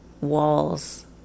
walls